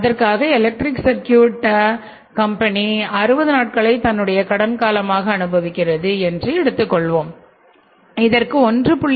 அடுத்ததாக electric circuit company 60 நாட்களை தன்னுடைய கடன் காலமாக அனுபவிக்கிறது என்று எடுத்துக்கொள்வோம் இதற்கு 1